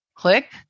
Click